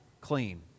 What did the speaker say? clean